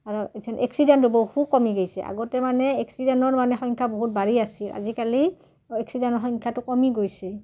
আৰু ইথেন এক্সিডেণ্ট বহু কমি গৈছে আগতে মানে এক্সিডেণ্টৰ মানে সংখ্যা বহুত বাঢ়ি আছিল আজিকালি এক্সিডেণ্টৰ সংখ্যাটো কমি গৈছে